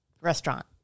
restaurant